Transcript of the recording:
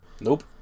Nope